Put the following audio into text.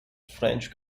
french